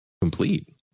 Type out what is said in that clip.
complete